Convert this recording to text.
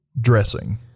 dressing